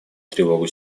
тревогу